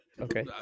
okay